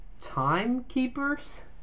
timekeepers